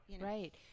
right